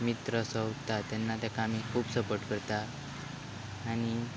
मित्र आसो उरता तेन्ना ताका आमी खूब सपोर्ट करता आनी